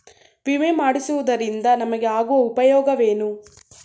ವಿಮೆ ಮಾಡಿಸುವುದರಿಂದ ನಮಗೆ ಆಗುವ ಉಪಯೋಗವೇನು?